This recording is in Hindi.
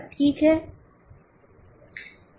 ठीक है